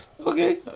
Okay